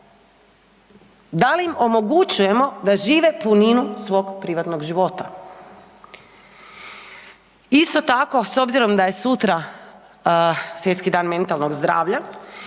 Da li im omogućujemo da žive puninu svog privatnog života? Isto tako, s obzirom da je sutra Svjetski dan mentalnog zdravlja,